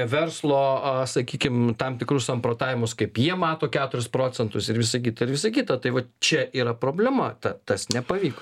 verslo a sakykim tam tikrus samprotavimus kaip jie mato keturis procentus ir visa kita ir visa kita tai va čia yra problema ta tas nepavyko